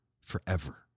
forever